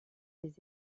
les